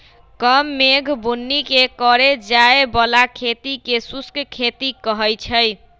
कम मेघ बुन्नी के करे जाय बला खेती के शुष्क खेती कहइ छइ